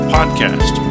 Podcast